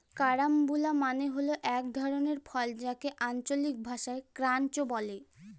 carambola মানে হল এক ধরনের ফল যাকে আঞ্চলিক ভাষায় ক্রাঞ্চ বলে